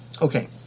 Okay